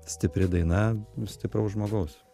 stipri daina stipraus žmogaus